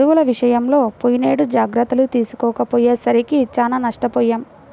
ఎరువుల విషయంలో పోయినేడు జాగర్తలు తీసుకోకపోయేసరికి చానా నష్టపొయ్యాం